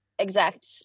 Exact